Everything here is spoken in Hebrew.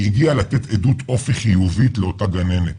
היא הגיעה לתת עדות אופי חיובית לאותה גננת.